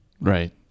right